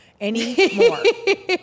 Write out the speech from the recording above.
anymore